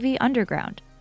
Underground